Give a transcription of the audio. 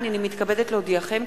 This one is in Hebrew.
הנני מתכבדת להודיעכם,